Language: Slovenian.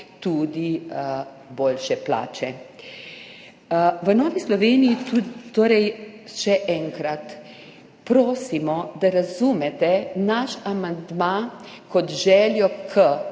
tudi boljše plače. V Novi Sloveniji torej še enkrat prosimo, da razumete naš amandma kot željo